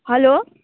hello